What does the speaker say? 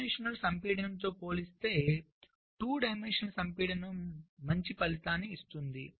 1d సంపీడనంతో పోలిస్తే 2d సంపీడనం మంచి ఫలితాన్ని ఇస్తుంది